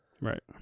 Right